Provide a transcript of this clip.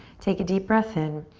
take a deep breath in.